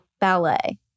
Ballet